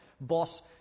boss